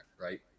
right